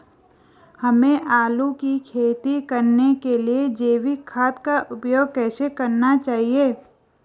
हमें आलू की खेती करने के लिए जैविक खाद का उपयोग कैसे करना चाहिए?